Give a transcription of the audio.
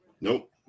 Nope